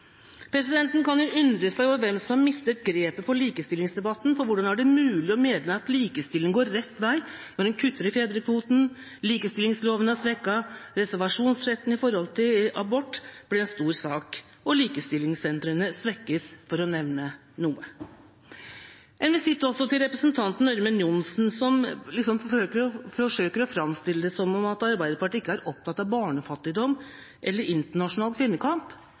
kan jo undre seg over hvem som har mistet grepet på likestillingsdebatten, for hvordan er det mulig å mene at likestilling går rett vei når en kutter i fedrekvoten, likestillingsloven er svekket, reservasjonsrett med hensyn til abort ble en stor sak, og likestillingssentrene svekkes, for å nevne noe? En visitt også til representanten Ørmen Johnsen, som liksom forsøker å framstille det som at Arbeiderpartiet ikke er opptatt av barnefattigdom eller internasjonal kvinnekamp: